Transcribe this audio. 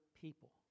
people